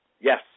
Yes